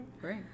Great